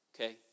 Okay